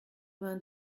vingt